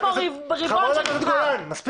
חברת הכנסת גולן, מספיק.